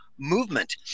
Movement